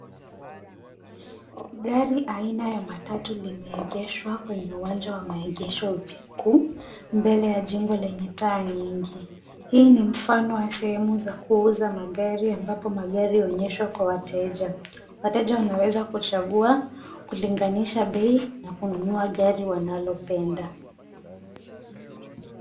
Gari aina ya matatu limeegeshwa kwenye uwanja wa maegesho usiku, mbele ya jengo lenye taa nyingi. Hii ni mfano ya sehemu za kuuza magari ambapo magari huonyeshwa kwa wateja. Wateja wanaweza kuchagua, kulinganisha bei na kununua gari wanalopenda.